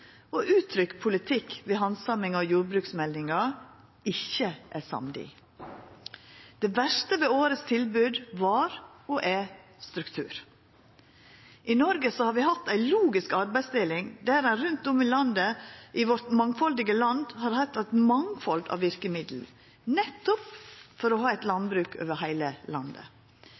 og uttrykt politikk ved handsaminga av jordbruksmeldinga ikkje er samd i. Det verste ved årets tilbod var og er struktur. I Noreg har vi hatt ei logisk arbeidsdeling der ein rundt om i vårt mangfaldige land har hatt eit mangfald av verkemiddel, nettopp for å ha eit landbruk over heile landet.